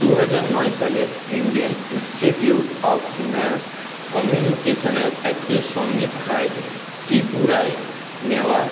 দু হাজার নয় সালের ইন্ডিয়ান ইনস্টিটিউট অফ মাস কমিউনিকেশনের একটি সমীক্ষায় ত্রিপুরায় নেওয়া